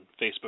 Facebook